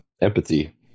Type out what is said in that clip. empathy